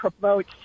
promote